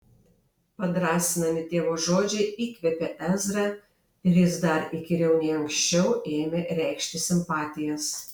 padrąsinami tėvo žodžiai įkvėpė ezrą ir jis dar įkyriau nei anksčiau ėmė reikšti simpatijas